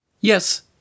Yes